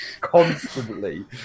constantly